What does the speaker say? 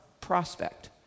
prospect